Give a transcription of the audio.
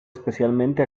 especialmente